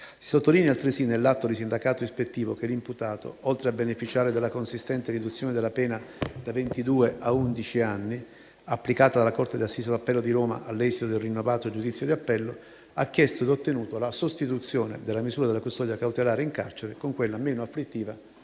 Si sottolinea altresì nell'atto di sindacato ispettivo che l'imputato, oltre a beneficiare della consistente riduzione della pena da ventidue a undici anni, applicata dalla corte d'assise d'appello di Roma all'esito del rinnovato giudizio di appello, ha chiesto ed ottenuto la sostituzione della misura della custodia cautelare in carcere con quella meno afflittiva